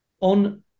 on